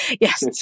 Yes